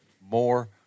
more